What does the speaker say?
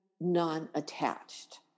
non-attached